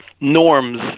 norms